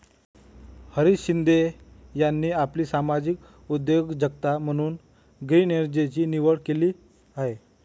हरीश शिंदे यांनी आपली सामाजिक उद्योजकता म्हणून ग्रीन एनर्जीची निवड केली आहे